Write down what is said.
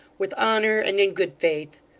with honour and in good faith.